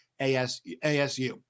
ASU